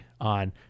on